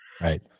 Right